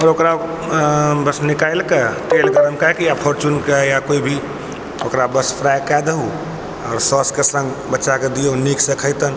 फेर ओकरा अऽ बस निकालि कऽ तेल गरम के कऽ फोर्च्युन के या कोइ भी ओकरा बस फ्राई कय दहू आओर सौस कऽ सङ्ग बच्चा कऽ दियौन नीकसँ खैतन